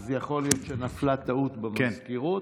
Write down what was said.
אז יכול להיות שנפלה טעות במזכירות.